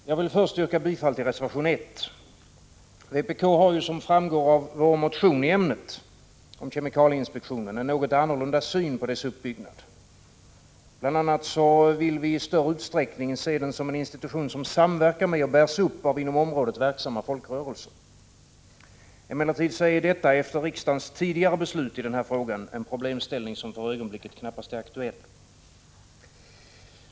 Fru talman! Jag vill först yrka bifall till reservation 1. Vpk har ju, som framgår av vår motion om kemikalieinspektionen, en något annorlunda syn än majoriteten på dess uppbyggnad. BI. a. vill vi i större utsträckning se den som en institution som samverkar med och bärs upp av inom området verksamma folkrörelser. Emellertid är detta efter riksdagens tidigare beslut i frågan en problemställning som för ögonblicket knappast är aktuell.